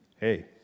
Hey